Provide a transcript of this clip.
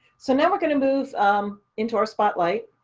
so now we're going to move um into our spotlight.